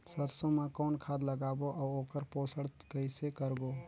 सरसो मा कौन खाद लगाबो अउ ओकर पोषण कइसे करबो?